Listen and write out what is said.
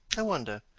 i wonder,